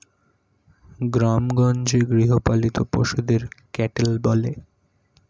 গ্রামেগঞ্জে গৃহপালিত পশুদের ক্যাটেল বলে